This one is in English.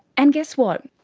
and guess what,